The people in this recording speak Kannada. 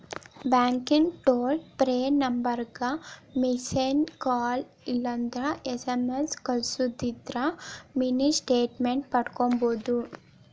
ಬ್ಯಾಂಕಿಂದ್ ಟೋಲ್ ಫ್ರೇ ನಂಬರ್ಗ ಮಿಸ್ಸೆಡ್ ಕಾಲ್ ಇಲ್ಲಂದ್ರ ಎಸ್.ಎಂ.ಎಸ್ ಕಲ್ಸುದಿಂದ್ರ ಮಿನಿ ಸ್ಟೇಟ್ಮೆಂಟ್ ಪಡ್ಕೋಬೋದು